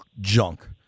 junk